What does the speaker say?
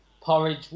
porridge